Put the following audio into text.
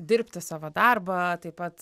dirbti savo darbą taip pat